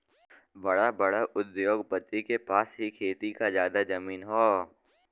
बड़ा बड़ा उद्योगपति के पास ही खेती के जादा जमीन हौ